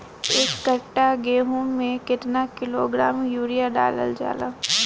एक कट्टा गोहूँ में केतना किलोग्राम यूरिया डालल जाला?